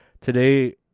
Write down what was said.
today